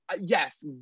yes